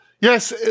yes